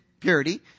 purity